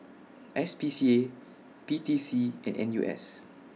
S P C A P T C and N U S